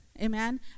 amen